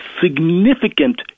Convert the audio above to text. significant